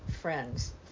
friends